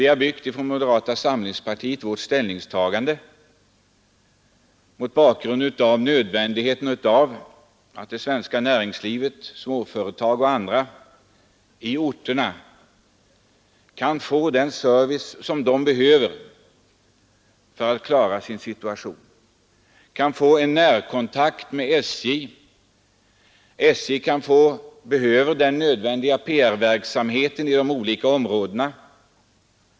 Vi har från moderata samlingspartiet byggt vårt ställningstagande på det nödvändiga kravet att småföretag och andra intressenter i näringslivet kan få den service som de behöver i orterna för att klara sin verksamhet, bl.a. en närkontakt med SJ. På det sättet kan SJ också bedriva nödvändig PR-verksamhet i de olika områdena.